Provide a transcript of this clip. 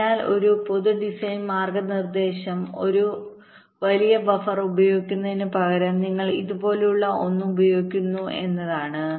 അതിനാൽ ഒരു പൊതു ഡിസൈൻ മാർഗ്ഗനിർദ്ദേശം ഒരു വലിയ ബഫർ ഉപയോഗിക്കുന്നതിനുപകരം നിങ്ങൾ ഇതുപോലുള്ള ഒന്ന് ഉപയോഗിക്കുന്നു എന്നതാണ്